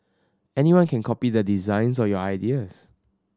anyone can copy the designs or your ideas